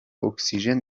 اکسیژن